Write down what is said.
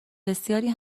بسیاری